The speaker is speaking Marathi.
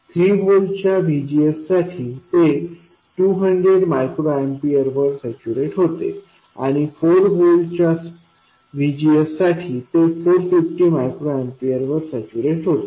3 व्होल्ट च्या VGS साठी ते 200 मायक्रो एम्पीयर वर सॅच्यूरेट होते आणि 4 व्होल्ट च्या VGSसाठी ते 450 मायक्रो एम्पीयर वर सॅच्यूरेट होते